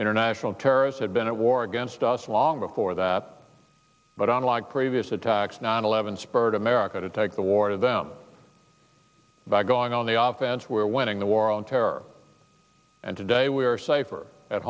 international terrorists had been at war against us long before that but unlike previous attacks nine eleven spurred america to take the war to them by going on the off and we're winning the war on terror and today we are safer at